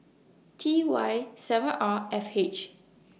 T Y seven R F H